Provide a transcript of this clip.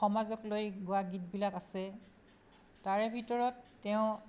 সমাজক লৈ গোৱা গীতবিলাক আছে তাৰে ভিতৰত তেওঁ